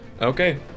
Okay